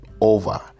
over